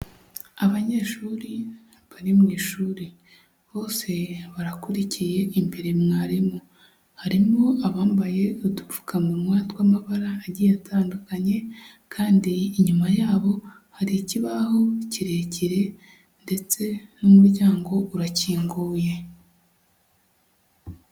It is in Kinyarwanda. Abanyeshuri bari mu ishuri, bose barakurikiye imbere mwarimu, harimo abambaye udupfukamunwa tw'amabara agiye atandukanye kandi inyuma yabo hari ikibaho kirekire ndetse n'umuryango urakinguye.